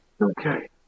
Okay